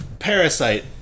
Parasite